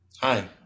Hi